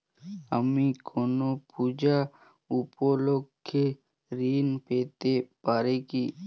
আমি কোনো পূজা উপলক্ষ্যে ঋন পেতে পারি কি?